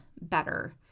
better